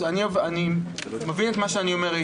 אני מבין היטב את מה שאני אומר.